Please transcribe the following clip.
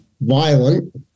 violent